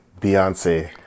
Beyonce